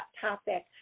topic